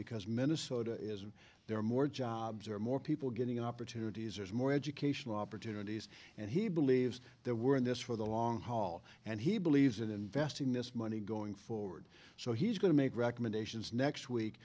because minnesota is there are more jobs or more people getting opportunities or more educational opportunities and he believes that we're in this for the long haul and he believes in investing this money going forward so he's going to make recommendations next week